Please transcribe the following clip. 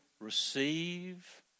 receive